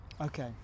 Okay